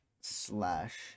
slash